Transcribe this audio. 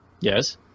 Yes